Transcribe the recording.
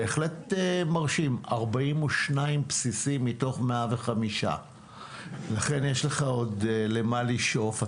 בהחלט מרשימים 42 בסיסים מתוך 105. לכן יש לך עוד למה לשאוף,